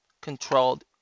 controlled